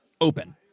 open